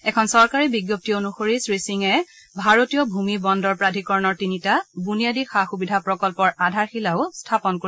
এখন চৰকাৰী বিজ্ঞপ্তি অনুসৰি শ্ৰীসিঙে ভাৰতীয় ভূমি বন্দৰ প্ৰাধিকৰণৰ তিনিটা বুনিয়াদী সা সুবিধাৰ প্ৰকল্পৰ আধাৰশিলাও স্থাপন কৰিব